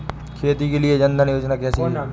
खेती के लिए जन धन योजना कैसी है?